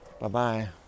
Bye-bye